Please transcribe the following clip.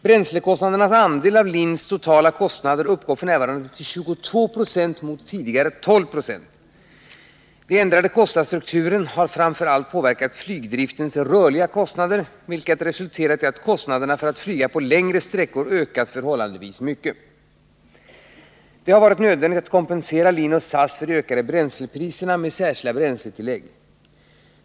Bränslekostnadernas andel av LIN:s totala kostnader uppgår f. n. till 22 96 mot tidigare drygt 12 96. Den ändrade kostnadsstrukturen har framför allt påverkat flygdriftens rörliga kostnader, vilket resulterat i att kostnaderna för att flyga på längre sträckor ökat förhållandevis mycket. Det har varit nödvändigt att kompensera LIN och SAS för de ökade bränslepriserna med särskilda bränsletillägg.